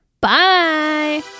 Bye